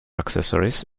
accessories